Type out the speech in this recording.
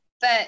But-